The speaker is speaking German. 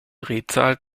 drehzahl